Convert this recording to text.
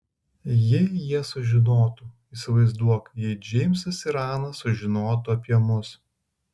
jei jie sužinotų įsivaizduok jei džeimsas ir ana sužinotų apie mus